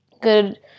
good